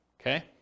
Okay